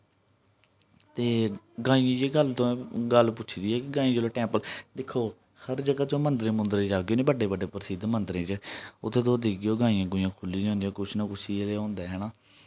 ते गाइंयें ई जेह् गल्ल तुसें पुच्छी दी ऐ कि गांईं जेल्लै टेंपल दिक्खो हर जगह च जो मंदरें ई जाह्गे ना बडे़ बडे़ प्रसिद्ध न मंदरे च उ'त्थें तुस दिक्खगे ओह् गाइयां गूइयां खु'ल्ली दियां होंदियां कुछ ना कुछ इ'यै जेहा होंदा ऐ ना